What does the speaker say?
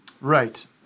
Right